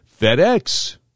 FedEx